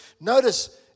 Notice